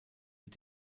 mit